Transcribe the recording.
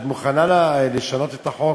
את מוכנה לשנות את החוק